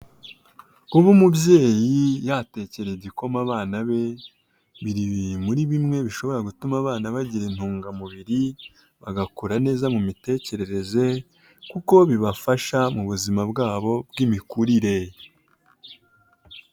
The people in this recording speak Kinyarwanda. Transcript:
Kuba umubyeyi yatekera igikoma abana be biri muri bimwe bishobora gutuma abana bagira intungamubiri bagakura neza mu mitekerereze kuko bibafasha mu buzima bwabo bw'imikurire.